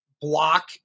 block